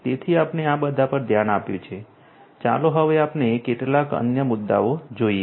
તેથી આપણે આ બધા પર ધ્યાન આપ્યું છે ચાલો હવે આપણે કેટલાક અન્ય મુદ્દાઓ જોઈએ